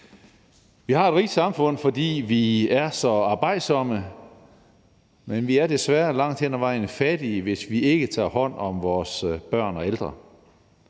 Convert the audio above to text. Vi har et rigt samfund, fordi vi er så arbejdsomme, men vi er desværre langt hen ad vejen fattige, hvis vi ikke tager hånd om vores børn og ældre.